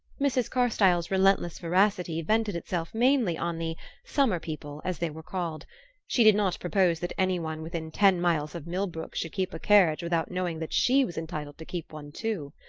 mrs. carstyle's relentless veracity vented itself mainly on the summer people, as they were called she did not propose that any one within ten miles of millbrook should keep a carriage without knowing that she was entitled to keep one too.